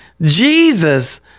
Jesus